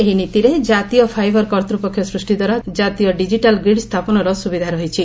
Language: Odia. ଏହି ନୀତିରେ ଜାତୀୟ ଫାଇବର୍ କର୍ତ୍ତ୍ୱପକ୍ଷ ସୃଷ୍ଟିଦ୍ୱାରା ଜାତୀୟ ଡିଜିଟାଲ୍ ଗ୍ରୀଡ଼୍ ସ୍ଥାପନର ସୁବିଧା ରହିଛି